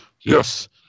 Yes